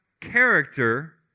character